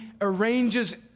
arranges